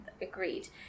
agreed